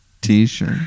T-shirt